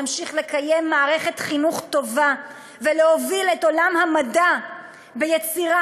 נמשיך לקיים מערכת חינוך טובה ולהוביל את עולם המדע ביצירה,